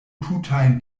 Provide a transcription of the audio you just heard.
tutajn